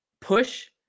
Push